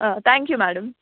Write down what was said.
thank you madam